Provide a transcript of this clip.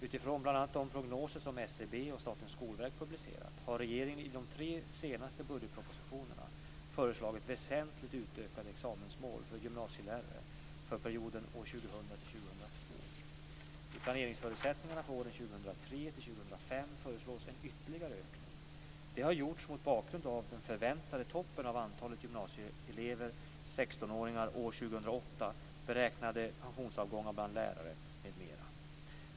Utifrån bl.a. de prognoser som SCB och Statens skolverk publicerat har regeringen i de tre senaste budgetpropositionerna föreslagit väsentligt utökade examensmål för gymnasielärare för perioden 2000-2002. föreslås en ytterligare ökning. Detta har gjorts mot bakgrund av den förväntade toppen av antalet gymnasieelever, 16-åringar, år 2008, beräknade pensionsavgångar bland lärare m.m.